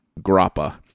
Grappa